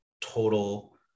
total